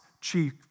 chief